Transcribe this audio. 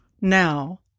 now